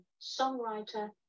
songwriter